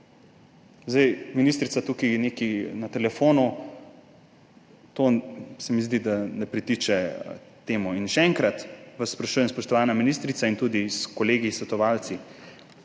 Ministrica tukaj nekaj na telefonu, to se mi zdi, da ne pritiče temu. Še enkrat vas sprašujem, spoštovana ministrica in tudi kolegi svetovalci,